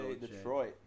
Detroit